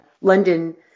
London